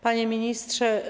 Panie Ministrze!